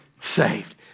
saved